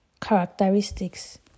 characteristics